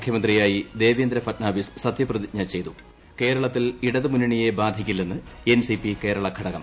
മുഖ്യമന്ത്രിയായി ദേവേന്ദ്ര ഫട്നാവിസ് സത്യപ്രതിജ്ഞ ചെയ്തു കേരളത്തിൽ ഇടതുമുന്നണിയെ ബാധിക്കില്ലെന്ന് എൻസിപി കേരള ഘടകം